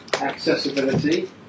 accessibility